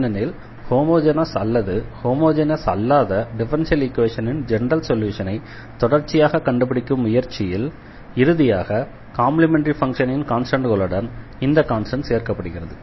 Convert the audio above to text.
ஏனெனில் ஹோமொஜெனஸ் அல்லது ஹோமொஜெனஸ் அல்லாத டிஃபரன்ஷியல் ஈக்வேஷனின் ஜெனரல் சொல்யூஷனை தொடர்ச்சியாக கண்டுபிடிக்கும் முயற்சியில் இறுதியாக காம்ப்ளிமெண்டரி ஃபங்ஷனின் கான்ஸ்டண்ட்களுடன் இந்த கான்ஸ்டண்ட் சேர்க்கப்படுகிறது